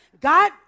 God